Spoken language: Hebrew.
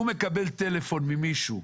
הוא מקבל טלפון ממישהו,